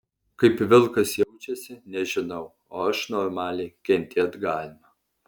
kaip vilkas jaučiasi nežinau o aš normaliai kentėt galima